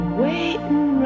waiting